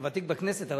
אתה ותיק בכנסת,